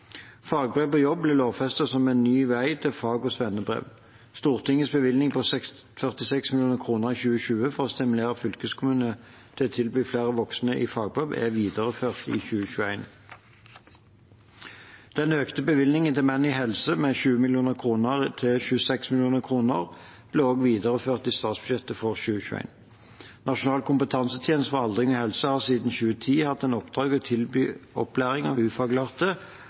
Fagbrev på jobb ble lovfestet som en ny vei til fag- og svennebrev. Stortingets bevilgning på 46 mill. kr i 2020 for å stimulere fylkeskommunene til å tilby flere voksne fagbrev er videreført i 2021. Den økte bevilgningen til Menn i helse med 20 mill. kr til 26 mill. kr ble også videreført i statsbudsjettet for 2021. Nasjonal kompetansetjeneste for aldring og helse har siden 2010 hatt i oppdrag å tilby opplæring av